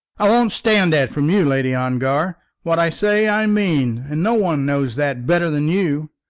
i won't stand that from you, lady ongar. what i say, i mean and no one knows that better than you.